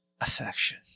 affection